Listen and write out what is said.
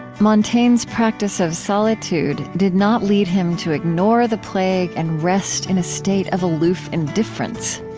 montaigne's practice of solitude did not lead him to ignore the plague and rest in a state of aloof indifference,